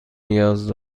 نیاز